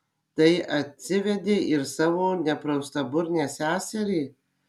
tai atsivedei ir savo nepraustaburnę seserį